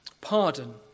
Pardon